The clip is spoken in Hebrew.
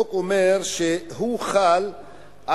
החוק אומר שהוא חל,